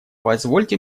позвольте